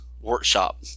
workshop